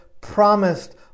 promised